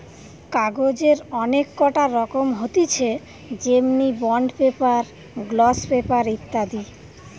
কাগজের অনেক কটা রকম হতিছে যেমনি বন্ড পেপার, গ্লস পেপার ইত্যাদি